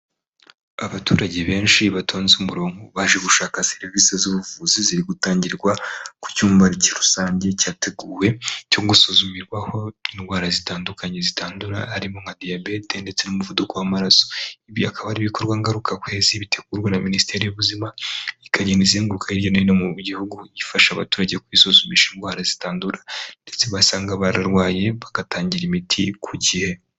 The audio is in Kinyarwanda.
Abaturage benshi batonze umurongo baje gushaka serivisi z'ubuvuzi ziri gutangirwa ku cyumba rusange cyateguwe cyo gusuzumirwaho indwara zitandukanye zitandura harimo nka diyabete ndetse n'umuvuduko w'amaraso. Ibi bikaba ari ibikorwa ngarukakwezi bitegurwa na minisiteri y'ubuzima ikagenda izenguruka hirya no hino mu gihugu, ifasha abaturage kwisuzumisha indwara zitandura ndetse basanga bararwaye bagatangira imiti ku gihe.